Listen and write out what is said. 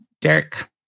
Derek